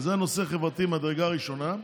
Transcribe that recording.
וזה נושא חברתי ממדרגה ראשונה.